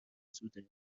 زوده